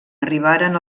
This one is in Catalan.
arribaren